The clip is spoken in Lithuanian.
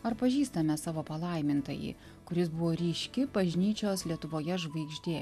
ar pažįstame savo palaimintąjį kuris buvo ryški bažnyčios lietuvoje žvaigždė